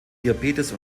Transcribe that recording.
diabetes